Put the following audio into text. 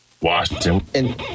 Washington